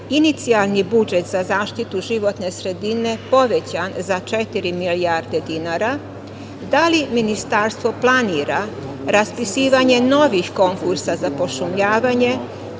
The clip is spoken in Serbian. inicijalni budžet za zaštitu životne sredine povećan za četiri milijarde dinara, da li Ministarstvo planira raspisivanje novih konkursa za pošumljavanje,